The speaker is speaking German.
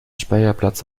speicherplatz